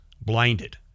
blinded